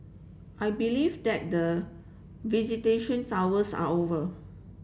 I believe that the visitation hours are over